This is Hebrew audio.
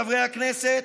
חברי הכנסת,